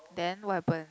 then what happen